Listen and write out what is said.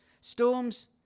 Storms